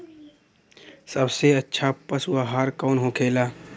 सबसे अच्छा पशु आहार कौन होखेला?